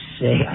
say